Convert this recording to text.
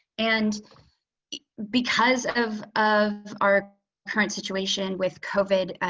and because of of our current situation with covid,